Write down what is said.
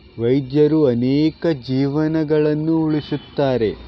ವೈದ್ಯರು ಅನೇಕ ಜೀವನಗಳನ್ನು ಉಳಿಸುತ್ತಾರೆ